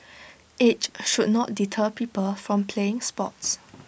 age should not deter people from playing sports